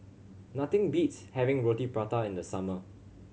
nothing beats having Roti Prata in the summer